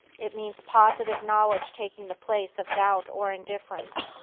it means positive knowledge taking the place of doubt or indifference.